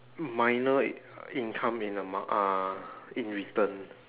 minor income in the ma~ uh in return